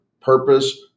purpose